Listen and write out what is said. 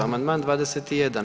Amandman 21.